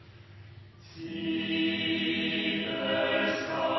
i ei